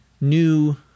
new